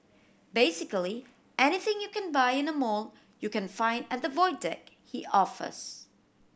basically anything you can buy in a mall you can find at the Void Deck he offers